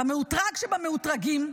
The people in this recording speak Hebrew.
המאותרג שבמאותרגים,